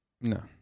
no